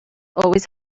always